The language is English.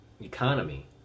economy